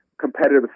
competitive